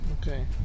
Okay